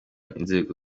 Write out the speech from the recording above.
n’inzego